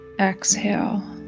exhale